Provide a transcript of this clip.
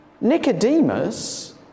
Nicodemus